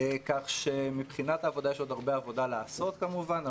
כך שמבחינת העבודה יש עוד הרבה עבודה לעשות כמובן,